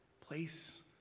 Place